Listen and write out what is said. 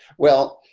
well,